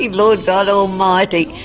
lord god almighty.